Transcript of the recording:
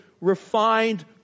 refined